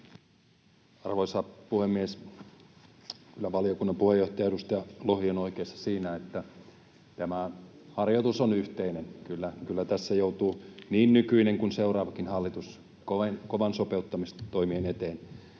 Arvoisa puhemies! Kyllä valiokunnan puheenjohtaja, edustaja Lohi on oikeassa siinä, että tämä harjoitus on yhteinen. Kyllä tässä joutuu niin nykyinen kuin seuraavakin hallitus kovien sopeuttamistoimien eteen.